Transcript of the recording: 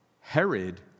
Herod